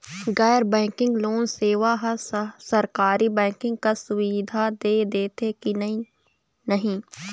गैर banking loan सेवा हा सरकारी बैंकिंग कस सुविधा दे देथे कि नई नहीं?